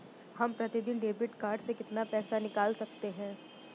हम प्रतिदिन debit card से कितना पैसा निकाल सकते हैं?